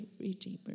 redeemer